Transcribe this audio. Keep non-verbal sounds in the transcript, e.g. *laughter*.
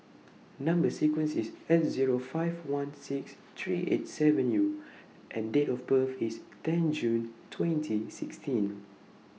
Number sequence IS S Zero five one six three eight seven U *noise* and Date of birth IS ten June twenty sixteen